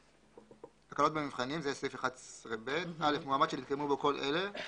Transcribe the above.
הקלות במבחנים 11ב. מועמד שנתקיימו בו כל אלה,